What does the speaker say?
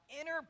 inner